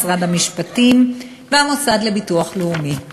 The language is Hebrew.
משרד המשפטים והמוסד לביטוח לאומי.